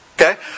Okay